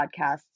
podcasts